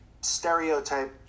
stereotype